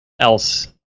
else